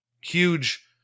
huge